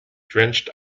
drenched